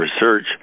research